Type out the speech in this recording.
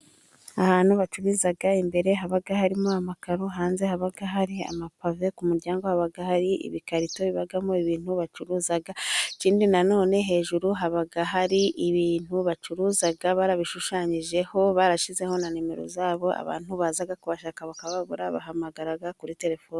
Ahantu bacuruza, imbere haba harimo amakaro, hanze haba hari amapave, ku muryango haba hari ibikarito bibamo ibintu bacuruza. Ikindi no hejuru haba hari ibintu bacuruza barabishushanyijeho barashizeho na nimero zabo abantu baza kubashaka bakababura bahamagara kuri telefoni.